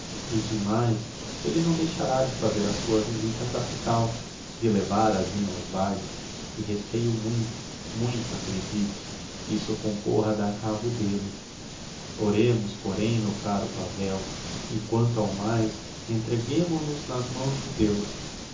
e demais elle não deixará de fazer a sua visita á capital de levar a zina aos bailes e receio muito muito acredite que isso concorra a dar cabo d'elle orêmos porém meu caro pavel e quanto ao mais entreguêmo nos nas mãos de deus